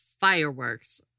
fireworks